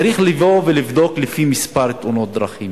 צריך לבדוק לפי מספר תאונות הדרכים